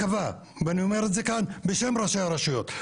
אני אומר את זה כאן בשם ראשי הרשויות,